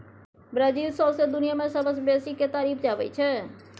Brazil सौंसे दुनियाँ मे सबसँ बेसी केतारी उपजाबै छै